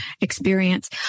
experience